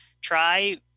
Try